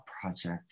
project